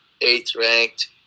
eighth-ranked